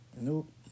Nope